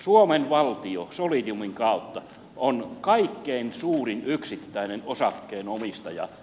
suomen valtio solidiumin kautta on kaikkein suurin yksittäinen osakkeenomistaja